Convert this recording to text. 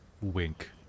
Wink